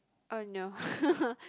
oh no